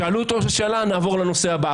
שאלו אותו שאלה נעבור לנושא הבא.